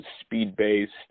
speed-based